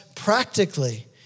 practically